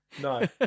No